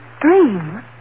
Dream